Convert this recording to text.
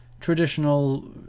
traditional